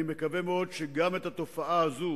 אני מקווה מאוד שגם את התופעה הזאת